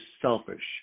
selfish